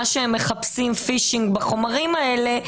מה שהם מחפשים בחומרים האלה,